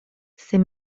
ces